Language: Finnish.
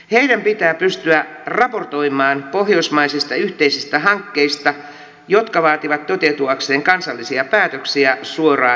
heidän pitää pystyä raportoimaan pohjoismaisista yhteisistä hankkeista jotka vaativat toteutuakseen kansallisia päätöksiä suoraan ministereille